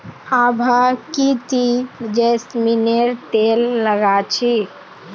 आभा की ती जैस्मिनेर तेल लगा छि